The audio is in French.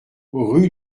rue